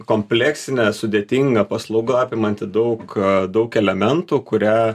kompleksinė sudėtinga paslauga apimanti daug daug elementų kurią